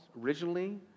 originally